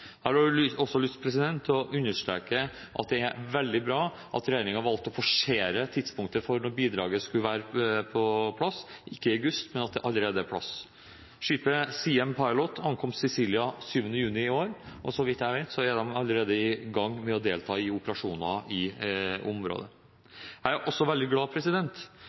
Jeg har også lyst å understreke at det er veldig bra at regjeringen valgte å forsere tidspunktet for når bidraget skulle være på plass, fra opprinnelig i august i år til at det allerede er på plass. Skipet «Siem Pilot» ankom Sicilia 7. juni i år, og så vidt jeg vet, er de allerede i gang med å delta i operasjoner i området. Jeg er også veldig glad